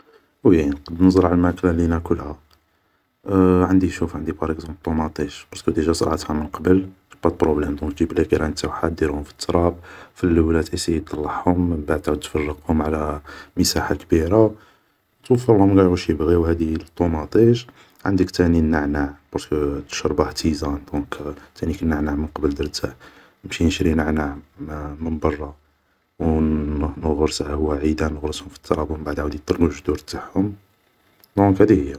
وي, نقدر نزرع الماكلة اللي ناكلها, عندي شوف عندي الطوماطيش بارسكو ديجا زرعتها من قبل, جيبا دو بروبلام, دونك تجيب لي قران تاوعها ديرهم في التراب, في اللولة تاسيي طلعهم من بعدا تفرقهم على مساحة كبيرة و توفرلهم قاع واش يبغيو هادي لطماطيش, عندك تاني النعناع بارسكو تشربه تيزان دونك تانيك النعناع من قبل درته, نمشي نشري نعناع من برا, و نغرسه هو عيدان نغرسهم في التراب من بعد عاود يطلقو جدور تاعهم دونك هادي هي